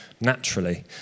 naturally